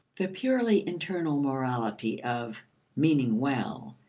the purely internal morality of meaning well,